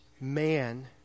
man